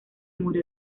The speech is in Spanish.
murió